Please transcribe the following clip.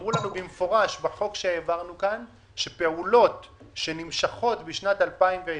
אמרו לו במפורש שפעולות שנמשכות בשנת 2020,